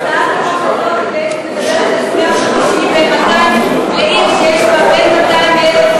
הצעת החוק הזאת בעצם מדברת על סגן חמישי לעיר שיש בה בין 200,000,